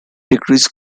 decrease